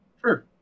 sure